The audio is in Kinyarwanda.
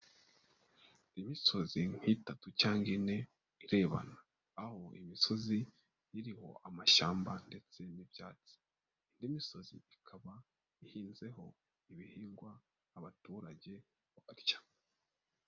Imisozi nk'itatu cyangwa ine irebana aho iyi misozi iriho amashyamba ndetse n'ibyatsi, indi misozi ikaba ihinzeho ibihingwa abaturage barya.